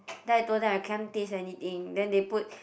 then I told them I can't taste anything then they put